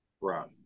Right